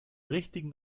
richtigen